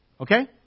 Okay